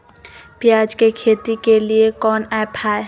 प्याज के खेती के लिए कौन ऐप हाय?